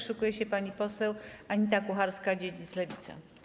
Szykuje się pani poseł Anita Kucharska-Dziedzic, Lewica.